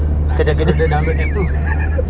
tak kan suruh dia download app tu